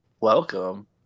welcome